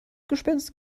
gespenst